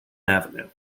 avenue